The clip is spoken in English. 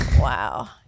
Wow